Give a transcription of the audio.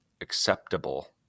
acceptable